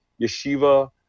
Yeshiva